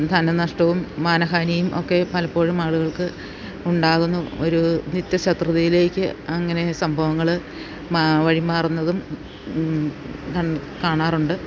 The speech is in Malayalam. ധനനഷ്ടവും മാനഹാനിയും ഒക്കെ പലപ്പോഴും ആളുകൾക്ക് ഉണ്ടാകുന്നു ഒരു നിത്യ ശത്രുതയിലേക്ക് അങ്ങനെ സംഭവങ്ങൾ മാ വഴി മാറുന്നതും കാണാറുണ്ട്